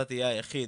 אתה תהיה היחיד.